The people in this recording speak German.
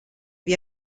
wie